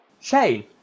Shane